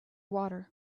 water